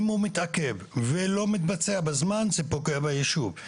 אם הוא מתעכב, ולא מתבצע בזמן, זה פוגע ביישוב.